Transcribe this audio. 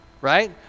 right